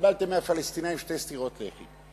קיבלתם מהפלסטינים שתי סטירות לחי.